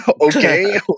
okay